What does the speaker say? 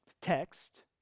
text